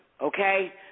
okay